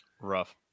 Rough